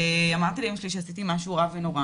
ואמרתי לאמא שלי שעשיתי משהו רע ונורא